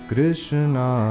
Krishna